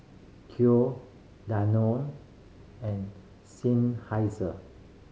Danone and